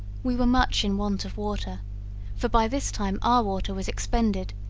we were much in want of water for by this time our water was expended,